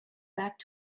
back